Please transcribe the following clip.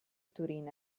turyn